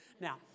Now